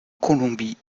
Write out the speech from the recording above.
colombie